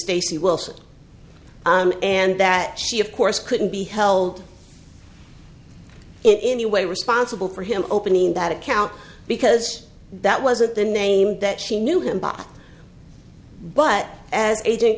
stacy wilson and that she of course couldn't be held in any way responsible for him opening that account because that wasn't the name that she knew him bot but as a did